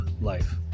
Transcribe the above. life